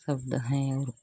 शब्द हैं और